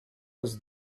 was